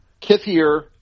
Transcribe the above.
Kithier